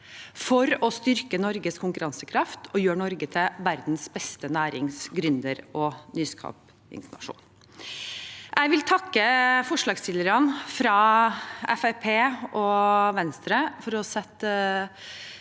for å styrke Norges konkurransekraft og å gjøre Norge til verdens beste nærings-, gründer- og nyskapingsnasjon. Jeg vil takke forslagsstillerne fra Fremskrittspartiet